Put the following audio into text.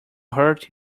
hurt